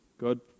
God